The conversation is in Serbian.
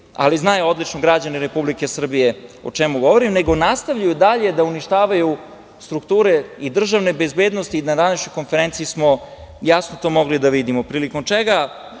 ali znaju odlično građani Republike Srbije o čemu govorim, nego nastavljaju i dalje da uništavaju strukture i državne bezbednosti, a to smo na današnjoj konferenciji jasno mogli da vidimo. Naravno,